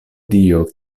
dio